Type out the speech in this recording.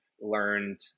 learned